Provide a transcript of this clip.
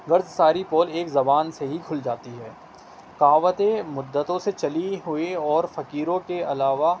غرض ساری پول ایک زبان سے ہی کھل جاتی ہے کہاوتیں مدتوں سے چلی ہوئی اور فقیروں کے علاوہ